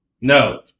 No